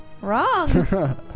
Wrong